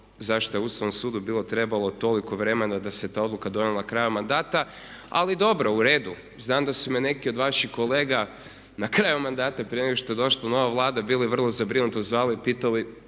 zašto je Ustavnom sudu bilo trebalo toliko vremena da se ta odluka donijela krajem mandata. Ali dobro, u redu, znam da su me neki od vaših kolega na kraju mandata prije nego što je došla nova Vlada bili vrlo zabrinuto zvali i pitali